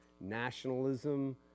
nationalism